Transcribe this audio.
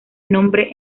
nombre